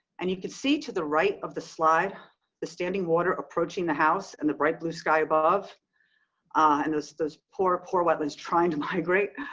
and you can see to the right of the slide the standing water approaching the house, and the bright blue sky above and this this poor, poor wetlands trying to migrate.